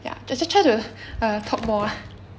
ya try try uh talk more lah